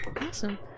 awesome